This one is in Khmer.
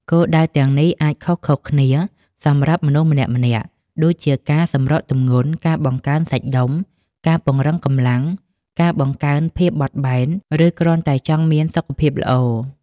គោលដៅទាំងនេះអាចខុសៗគ្នាសម្រាប់មនុស្សម្នាក់ៗ ដូចជាការសម្រកទម្ងន់ ការបង្កើនសាច់ដុំ ការពង្រឹងកម្លាំង ការបង្កើនភាពបត់បែន ឬគ្រាន់តែចង់មានសុខភាពល្អ។